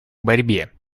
борьбе